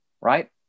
Right